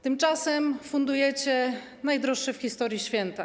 Tymczasem fundujecie najdroższe w historii święta.